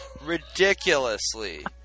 ridiculously